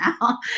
now